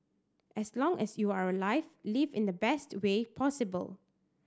as long as you are alive live in the best way possible